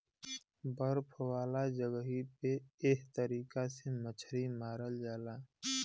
बर्फ वाला जगही पे एह तरीका से मछरी मारल जाला